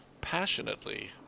passionately